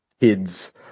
kids